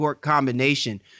combination